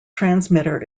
transmitter